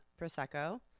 prosecco